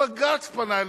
בג"ץ פנה אלינו,